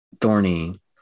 thorny